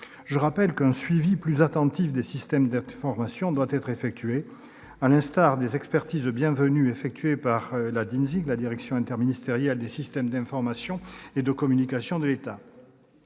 Je rappelle qu'un suivi plus attentif des systèmes d'information doit être effectué, sur le modèle des expertises bienvenues effectuées par la DINSIC, la Direction interministérielle du numérique et du système d'information et de communication de l'État.